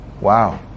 Wow